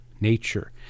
nature